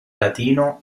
latino